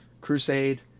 Crusade